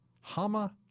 Hama